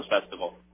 Festival